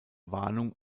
warnung